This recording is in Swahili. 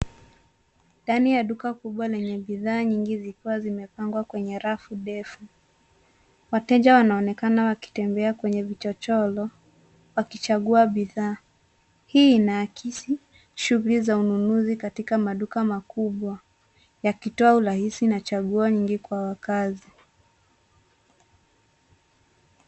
Ndani ya duka kubwa lenye bidhaa nyingi zikiwa zimepangwa kwenye rafu ndefu, wateja wanaonekana wakitembea kwenye vichochoro wakichagua bidhaa. Hii inaakisi shughuli za ununuzi katika maduka makubwa yakitoa urahisi na chaguo nyingi kwa wakaazi.